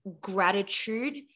gratitude